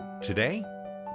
Today